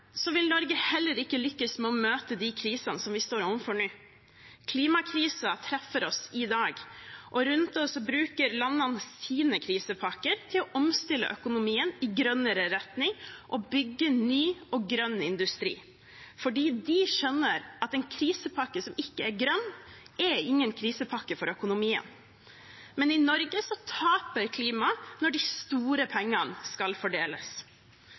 vil Norge heller ikke lykkes med å møte de krisene vi står overfor nå. Klimakrisen treffer oss i dag, og rundt oss bruker landene krisepakkene sine til å omstille økonomien i grønnere retning og bygge ny og grønn industri, for de skjønner at en krisepakke som ikke er grønn, er ingen krisepakke for økonomien. Men i Norge taper klimaet når de store pengene skal fordeles.